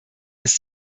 ist